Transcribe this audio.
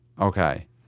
Okay